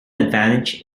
advantage